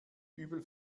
übel